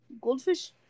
Goldfish